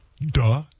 Duh